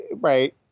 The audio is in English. right